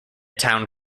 town